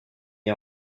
est